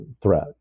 threat